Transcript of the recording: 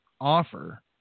offer